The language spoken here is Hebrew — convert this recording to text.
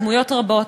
ודמויות רבות,